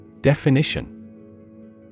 Definition